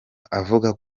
avuga